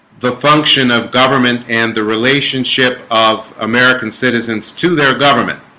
the function of government and the relationship of american citizens to their government